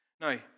Now